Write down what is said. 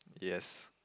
yes